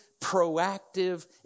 proactive